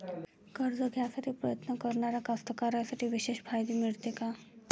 कर्ज घ्यासाठी प्रयत्न करणाऱ्या कास्तकाराइसाठी विशेष फायदे मिळते का?